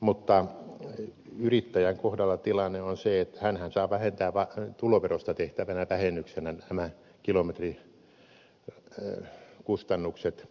mutta yrittäjän kohdalla tilanne on se että hänhän saa vähentää tuloverosta tehtävänä vähennyksenä nämä kilometrikustannukset